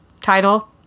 Title